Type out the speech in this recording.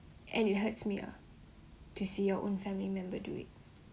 and it hurts me uh to see your own family member do it